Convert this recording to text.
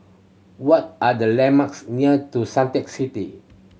what are the landmarks near Suntec City